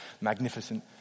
magnificent